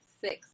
six